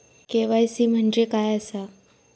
KYC म्हणजे काय आसा?